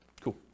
Cool